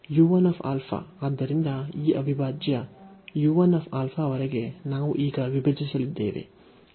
u 1 α ಆದ್ದರಿಂದ ಈ ಅವಿಭಾಜ್ಯ u 1 α ವರೆಗೆ ನಾವು ಈಗ ವಿಭಜಿಸಲಿದ್ದೇವೆ